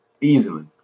Easily